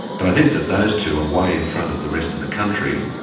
but i think that those two are way in front of the rest of the country.